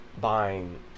buying